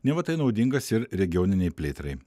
neva tai naudingas ir regioninei plėtrai